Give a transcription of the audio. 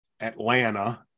Atlanta